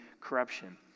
corruption